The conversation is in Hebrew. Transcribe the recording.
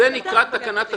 וזה נקרא "תקנת השבים".